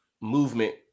movement